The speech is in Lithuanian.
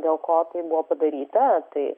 dėl ko taip buvo padaryta tai